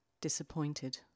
disappointed